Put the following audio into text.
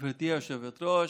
גברתי היושבת-ראש,